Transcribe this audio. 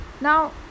Now